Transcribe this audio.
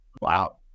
Wow